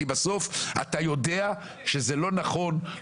כי בסוף אתה יודע שזה לא נכון,